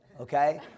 okay